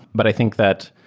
but i think that,